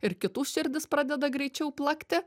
ir kitų širdis pradeda greičiau plakti